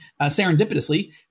Serendipitously